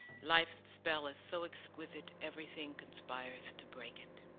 life's spell is so exquisite, everything conspires to break it.